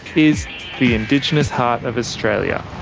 is the indigenous heart of australia.